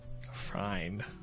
Fine